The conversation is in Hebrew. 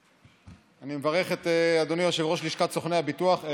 אני מברך את אדוני יושב-ראש לשכת סוכני הביטוח.